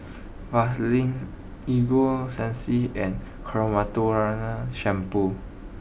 Vaselin Ego Sunsense and Shampoo